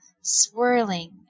swirling